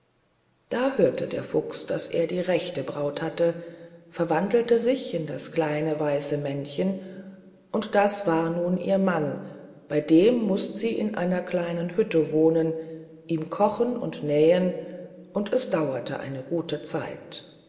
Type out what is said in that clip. da hörte der fuchs daß er die rechte braut hatte verwandelte sich in das kleine weiße männchen und das war nun ihr mann bei dem mußt sie in einer kleinen hütte wohnen ihm kochen und nähen und es dauerte eine gute zeit